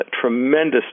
tremendous